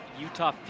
Utah